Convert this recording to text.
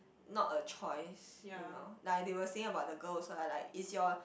not a choice you know like they were saying about the girls lah like it's your